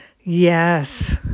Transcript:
Yes